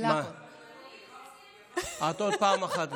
את עוד פעם אחת.